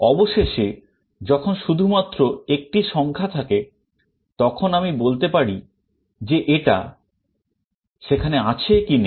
অবশেষে যখন শুধুমাত্র একটি সংখ্যা থাকে তখন আমি বলতে পারি যে এটা সেখানে আছে কি নেই